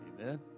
Amen